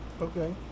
okay